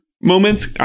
moments